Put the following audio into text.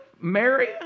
Mary